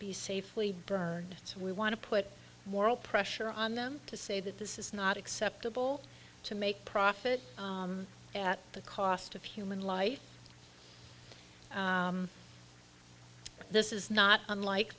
be safely burned so we want to put moral pressure on them to say that this is not acceptable to make profit at the cost of human life this is not unlike